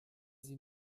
sie